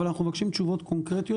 אבל אנחנו מבקשים תשובות קונקרטיות,